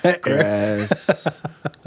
grass